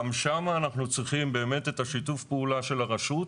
גם שם אנחנו צריכים את שיתוף הפעולה של הרשות,